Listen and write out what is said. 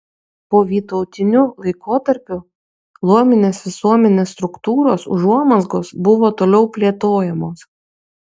povytautiniu laikotarpiu luominės visuomenės struktūros užuomazgos buvo toliau plėtojamos